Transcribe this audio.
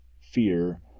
fear